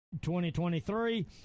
2023